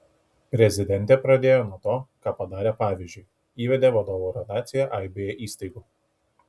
prezidentė pradėjo nuo to ką padarė pavyzdžiui įvedė vadovų rotaciją aibėje įstaigų